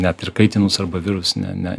net ir kaitinus arba virus ne ne